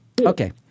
Okay